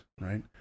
right